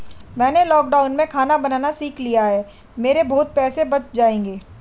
मैंने लॉकडाउन में खाना बनाना सीख लिया है, मेरे बहुत पैसे बच जाएंगे